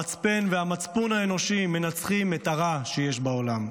המצפן והמצפון האנושי מנצחים את הרע שיש בעולם.